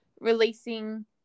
releasing